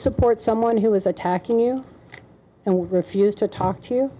support someone who was attacking you and refused to talk to you